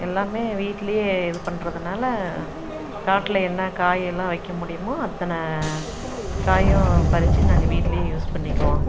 எல்லாமே வீட்டிலையே இது பண்றதனால் காட்டில் என்ன காயெல்லாம் வைக்க முடியுமோ அத்தனை காயும் பறித்து நாங்கள் வீட்டில் யூஸ் பண்ணிக்குவோம்